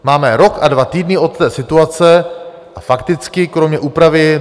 Máme rok a dva týdny od té situace a fakticky kromě úpravy...